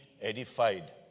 edified